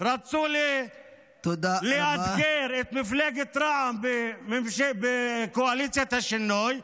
רצו לאתגר את מפלגת רע"מ וקואליציית השינוי,